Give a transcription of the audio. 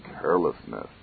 carelessness